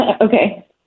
Okay